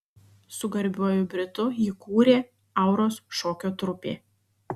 su garbiuoju britu jį kūrė auros šokio trupė